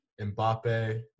Mbappe